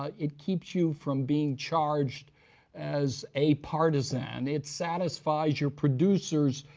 ah it keeps you from being charged as a partisan. it satisfies your producers,